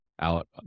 Out